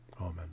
Amen